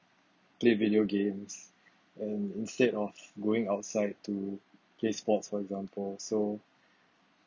play video games and instead of going outside to play sports for example so